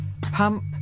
Pump